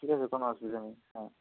ঠিক আছে কোনো অসুবিধা নেই হ্যাঁ